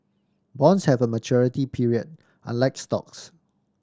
bonds have a maturity period unlike stocks